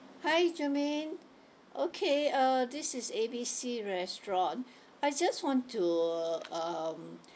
hi jermaine okay uh this is A B C restaurant I just want to um